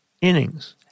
innings